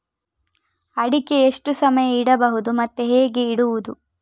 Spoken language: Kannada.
ಅಡಿಕೆ ಎಷ್ಟು ಸಮಯ ಇಡಬಹುದು ಮತ್ತೆ ಹೇಗೆ ಇಡುವುದು?